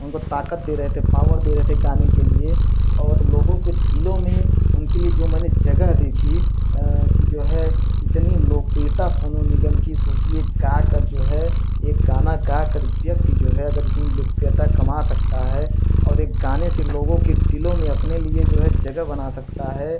उनको ताकत दे रहे थे पावर दे रहे थे गाने के लिए अवत लोगों के दिलों में उनके लिए जो मैंने जगह देखी कि जो है इतनी लोकप्रियता सोनू निगम की सोचिए गाकर जो है एक गाना गाकर व्यक्ति जो है अगर इतनी लोकप्रियता कमा सकता है और एक गाने से लोगों के दिलों में अपने लिए जो है जगह बना सकता है